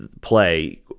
play